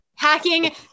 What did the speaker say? Hacking